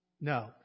No